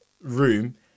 room